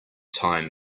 time